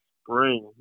spring